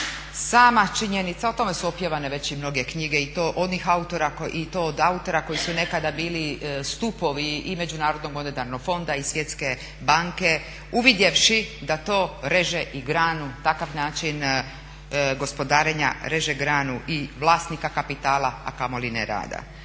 Sama činjenica, o tome su opjevane već i mnoge knjige i to od autora koji su nekada bili stupovi i Međunarodnog monetarnog fonda i Svjetske banke uvidjevši da to reže i granu takav način gospodarenja reže granu i vlasnika kapitala, a kamoli ne rada.